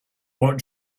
what